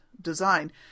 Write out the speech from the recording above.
design